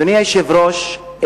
אדוני היושב-ראש,